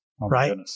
right